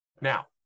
Now